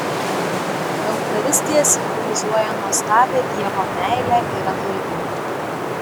eucharistija simbolizuoja nuostabią dievo meilę ir atlaidumą